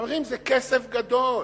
חברים, זה כסף גדול,